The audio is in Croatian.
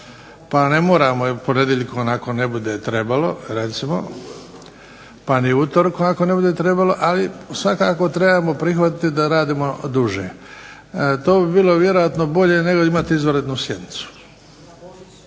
pa ne moramo ponedjeljkom ako ne bude trebalo recimo pa ni utorkom ako ne bude trebalo, ali svakako trebamo prihvatiti da radimo duže. To bi bilo vjerojatno bolje nego imati izvanrednu sjednicu.